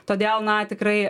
todėl na tikrai